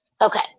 Okay